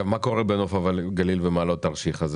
מה קורה בנוף הגליל ומעלות תרשיחא?